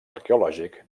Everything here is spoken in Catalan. arqueològic